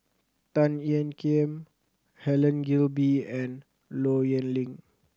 Tan Ean Kiam Helen Gilbey and Low Yen Ling